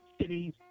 cities